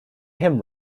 hymn